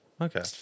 okay